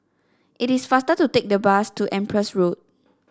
it is faster to take the bus to Empress Road